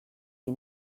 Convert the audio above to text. sie